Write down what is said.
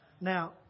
Now